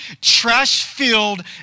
trash-filled